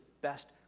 best